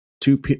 two